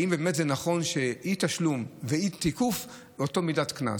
אם באמת זה נכון שאי-תשלום ואי-תיקוף יהיו באותה מידת קנס.